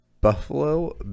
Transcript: Buffalo